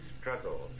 struggle